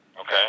Okay